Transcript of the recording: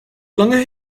lange